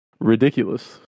Ridiculous